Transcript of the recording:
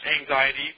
anxiety